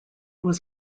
was